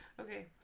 Okay